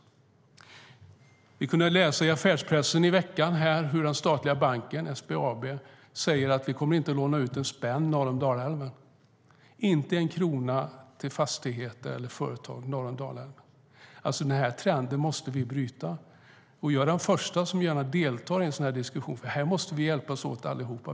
I veckan kunde vi i affärspressen läsa att den statliga banken, SBAB, inte kommer att låna ut en spänn norr om Dalälven. Man kommer inte att låna ut en krona till fastigheter eller företag norr om Dalälven. Denna trend måste vi bryta. Jag är den första att delta i en sådan diskussion, för här måste vi hjälpas åt allihop.